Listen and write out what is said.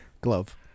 Glove